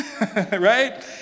right